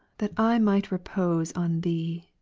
that i might repose on thee!